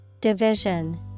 Division